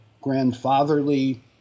grandfatherly